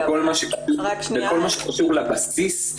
בכל מה שקשור לבסיס,